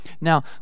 Now